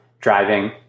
driving